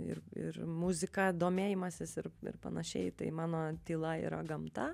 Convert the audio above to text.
ir ir muzika domėjimasis ir ir panašiai tai mano tyla yra gamta